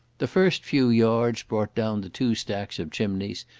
the first few yards brought down the two stacks of chimneys,